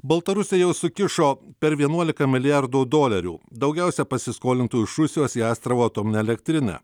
baltarusija jau sukišo per vienuolika milijardų dolerių daugiausia pasiskolintų iš rusijos į astravo atominę elektrinę